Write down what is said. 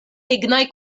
lignaj